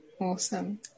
awesome